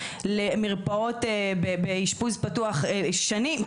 למרפאות באשפוז פתוח שנים.